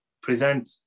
present